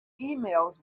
emails